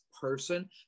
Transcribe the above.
person